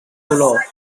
dolor